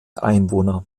einwohner